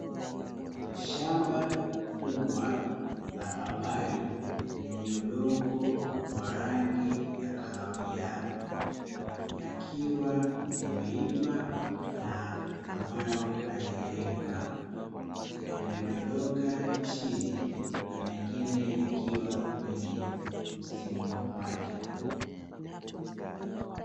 Shamba kubwa la papai lenye udongo wa rangi ya kahawia yakiwa yameiva na ambayo hayajaiva, yamedondoka chini na mengine yakiwa kwenye mstimu wake.